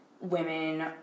women